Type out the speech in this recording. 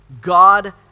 God